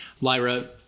Lyra